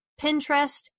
Pinterest